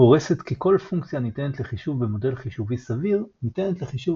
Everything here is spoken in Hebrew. גורסת כי כל פונקציה הניתנת לחישוב במודל חישובי סביר ניתנת לחישוב